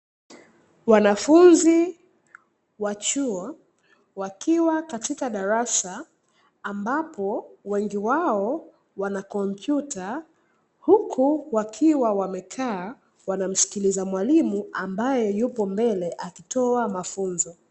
Wanafunzi wa chuo wakiwa katika darasa ambapo wengi wao wanakompyuta huku wakiwa wamekaa wanamsikiliza mwalimu ambaye yuko mbele akitoa mafunzo.